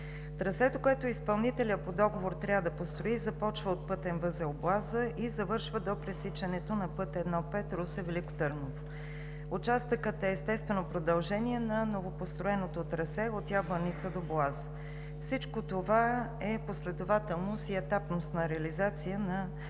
Трасето, което изпълнителят по договор трябва да построи, започва от пътен възел „Боаза“ и завършва до пресичането на път I-5 Русе – Велико Търново. Участъкът е естествено продължение на новопостроеното трасе от Ябланица до „Боаза“. Всичко това е последователност и етапност на реализация на